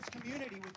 community